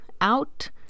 out